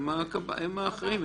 הם האחראים,